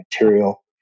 material